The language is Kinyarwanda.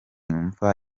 imva